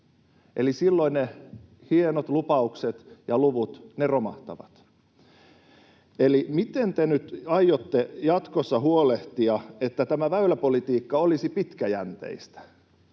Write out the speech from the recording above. eli silloin ne hienot lupaukset ja luvut romahtavat. Miten te nyt aiotte jatkossa huolehtia, että tämä väyläpolitiikka olisi pitkäjänteistä?